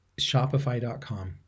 Shopify.com